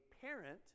parent